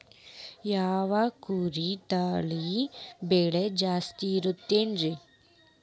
ಯಾವ ಕುರಿ ತಳಿ ಬೆಲೆ ಜಾಸ್ತಿ ಇರತೈತ್ರಿ?